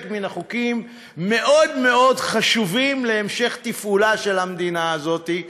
מן החוקים חשובים מאוד מאוד להמשך תפעולה של המדינה הזאת,